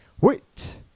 Wait